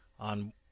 on